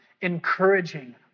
encouraging